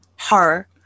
horror